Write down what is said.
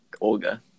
Olga